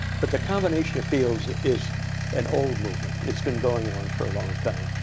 but the combination of fields is an old movement. it's been going on for a long time.